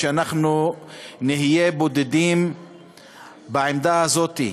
אנחנו נהיה בודדים בעמדה הזאת.